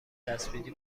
چسبیدی